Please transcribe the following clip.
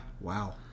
wow